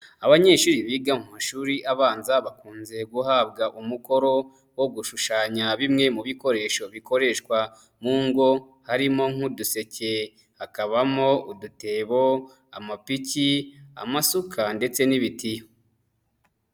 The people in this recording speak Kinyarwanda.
Abanyeshuri biga mu mashuri abanza bakunze guhabwa umukoro wo gushushanya bimwe mu bikoresho bikoreshwa mu ngo harimo nk'uduseke, hakabamo udutebo, amapiki, amasuka ndetse n'ibitiyo.